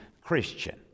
Christian